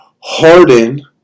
Harden